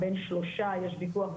יש ויכוח,